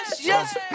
yes